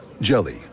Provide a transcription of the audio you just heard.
Jelly